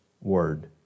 Word